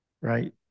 right